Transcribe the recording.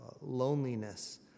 loneliness